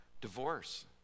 divorce